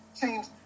change